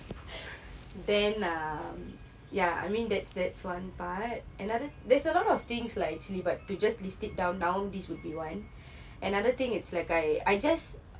then um yeah I mean that that's one part another there's a lot of things lah actually but to just list it down now this would be one another thing it's like I I just